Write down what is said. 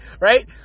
Right